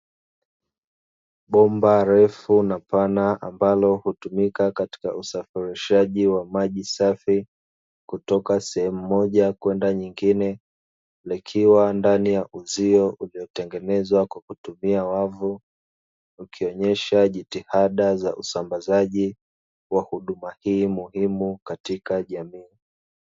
Bomba refu na pana, ambalo hutumika katika usafirishaji wa maji safi kutoka sehemu moja kwenda nyingine, likiwa ndani ya uzio uliotengenezwa kwa kutumia wavu, ukionyesha jitihada za usambazaji wa huduma hii muhimu katika jamii.